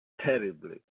terribly